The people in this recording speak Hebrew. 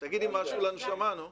תגידי משהו לנשמה, נו.